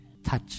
touch